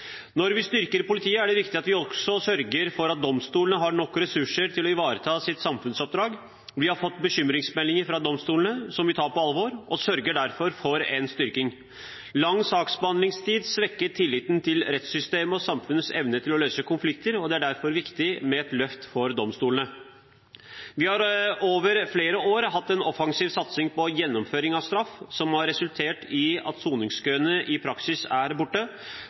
Når vi styrker politiet, er det viktig at vi også sørger for at domstolene har nok ressurser til å ivareta sitt samfunnsoppdrag. Vi har fått bekymringsmeldinger fra domstolene som vi tar på alvor, og vi sørger derfor for en styrking. Lang saksbehandlingstid svekker tilliten til rettssystemet og samfunnets evne til å løse konflikter, og det er derfor viktig med et løft for domstolene. Vi har over flere år hatt en offensiv satsing på gjennomføring av straff, som har resultert i at soningskøene i praksis er borte.